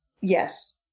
yes